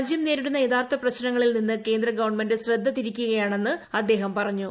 രാജ്യം നേരിടുന്ന യഥാർത്ഥ പ്രശ്നങ്ങളിൽ നിന്ന് കേന്ദ്രഗവൺമെന്റ് ശ്രദ്ധ തിരിക്കുകയാണെന്ന് അദ്ദേഹം പറഞ്ഞു